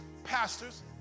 pastors